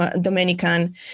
Dominican